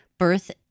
birth